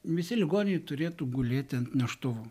visi ligoniai turėtų gulėti ant neštuvų